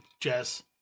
Jess